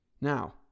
Now